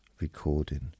recording